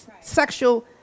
sexual